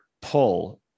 pull